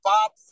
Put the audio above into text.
Bob